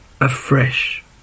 afresh